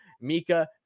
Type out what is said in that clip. Mika